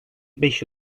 beş